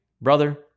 Brother